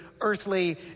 earthly